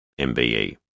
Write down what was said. MBE